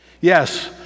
Yes